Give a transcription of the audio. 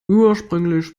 ursprünglich